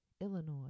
Illinois